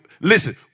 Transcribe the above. Listen